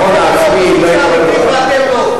הביטחון העצמי לא התעורר לך.